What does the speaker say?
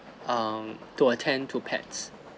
um to attend to pets